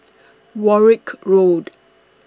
Warwick Road